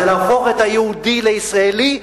להפוך את היהודי לישראלי,